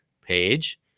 page